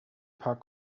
paar